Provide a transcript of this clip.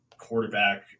quarterback